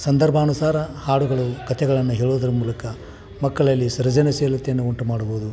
ಸಂದರ್ಭಾನುಸಾರ ಹಾಡುಗಳು ಕತೆಗಳನ್ನು ಹೇಳೋದ್ರ ಮೂಲಕ ಮಕ್ಕಳಲ್ಲಿ ಸೃಜನಶೀಲತೆಯನ್ನು ಉಂಟು ಮಾಡ್ಬೋದು